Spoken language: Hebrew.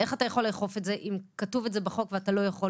איך אתה יכול לאכוף את זה אם כתוב את זה בחוק ואתה לא יכול?